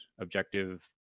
objective